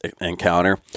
encounter